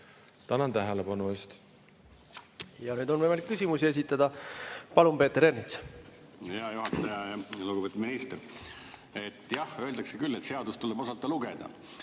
Tänan tähelepanu eest! Ja nüüd on võimalik küsimusi esitada. Palun, Peeter Ernits! Hea juhataja! Lugupeetud minister! Jah, öeldakse küll, et seadust tuleb osata lugeda,